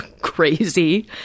crazy